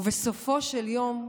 ובסופו של יום,